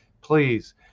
please